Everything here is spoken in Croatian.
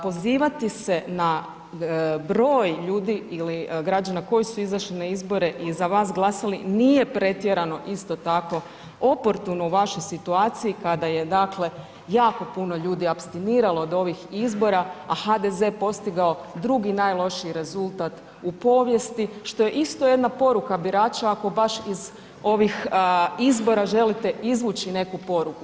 Pozivati se na broj ljudi ili građana koji su izašli na izbore i za vas glasali, nije pretjerano isto tako, oportuno u vašoj situaciji, kada je, dakle, jako puno ljudi apstiniralo od ovih izbora, a HDZ postigao drugi najlošiji rezultat u povijesti, što je isto jedna poruka birača, ako baš iz ovih izbora želite izvući neku poruku.